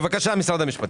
בבקשה, משרד המשפטים.